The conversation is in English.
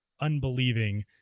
unbelieving